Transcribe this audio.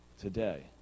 Today